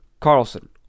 Carlson